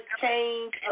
change